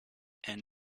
and